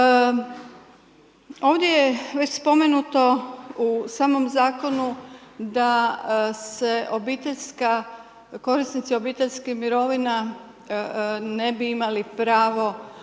Ovdje je već spomenuto u samom zakonu da se obiteljska, korisnici obiteljskih mirovina, ne bi imali pravo na rad